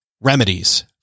remedies